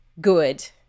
good